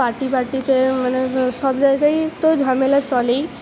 party বার্টিতে মানে সব জায়গায়ই তো ঝামেলা চলেই